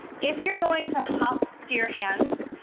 if you're going to hop to your hands,